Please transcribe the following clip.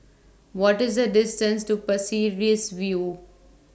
What IS The distance to Pasir Ris View